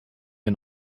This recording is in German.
wir